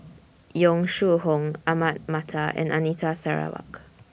Yong Shu Hoong Ahmad Mattar and Anita Sarawak